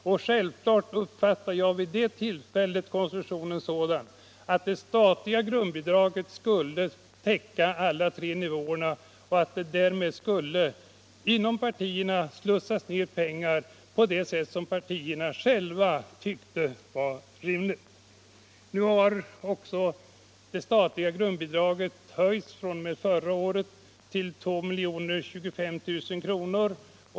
Självfallet uppfattade jag vid det tillfället konstruktionen så, att det statliga grundbidraget skulle täcka alla tre nivåerna och att det därmed skulle inom partierna slussas ner pengar på det sätt som partierna själva ansåg rimligt. Nu har också det statliga grundbidraget fr.o.m. förra året höjts till 2025 000 kr.